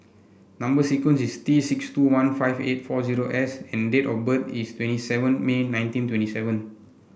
number sequence is T six two one five eight four zero S and date of birth is twenty seven May nineteen twenty seven